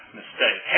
mistake